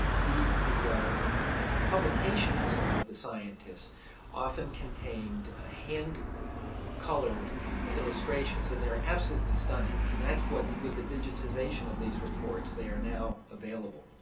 the the publications of the scientists often contained a hand colored illustration and they are absolutely stunning and that's what with the digitization of these reports they are now available.